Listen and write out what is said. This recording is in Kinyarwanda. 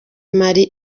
mali